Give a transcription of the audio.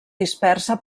dispersa